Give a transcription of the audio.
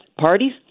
parties